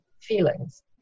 feelings